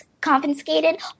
confiscated